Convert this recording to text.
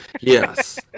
yes